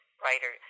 writer